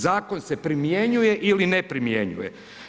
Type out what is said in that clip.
Zakon se primjenjuje ili ne primjenjuje?